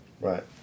Right